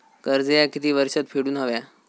कर्ज ह्या किती वर्षात फेडून हव्या?